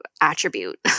attribute